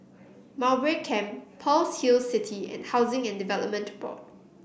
Mowbray Camp Pearl's Hill City and Housing and Development Board